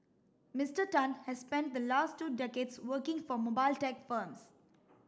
Mister Tan has spent the last two decades working for mobile tech firms